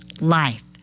life